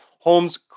Holmes